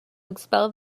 expel